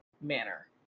manner